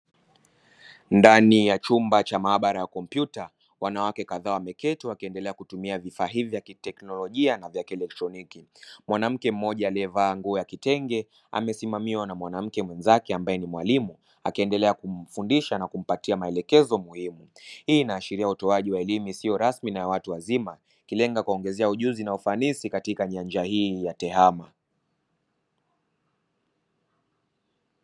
Ndani ya chumba cha maabara ya kompyuta, wanawake kadhaa wameketi wakiendelea kutumia vifaa hivi vya kiteknolojia na vya kielektroniki. Mwanamke mmoja aliyevaa nguo ya kitenge amesimamiwa na mwanamke mwenzake ambaye ni mwalimu, akiendelea kumfundisha na kumpatia maelekezo muhimu. Hii inaashiria utoaji wa elimu isiyo rasmi na ya watu wazima, ikilenga kuwaongezea ujuzi na ufanisi katika nyanja hii ya tehama.